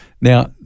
Now